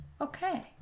okay